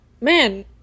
Man